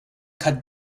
cut